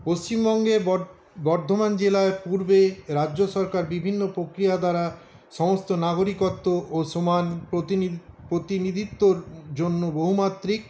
পশ্চিমবঙ্গে বর্ধমান জেলায় পূর্বে রাজ্য সরকার বিভিন্ন প্রক্রিয়া দ্বারা সমস্ত নাগরিকত্ব ও সমান প্রতিনিধিত্বর জন্য বহুমাত্রিক